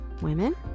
women